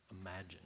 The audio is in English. imagine